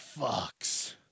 fucks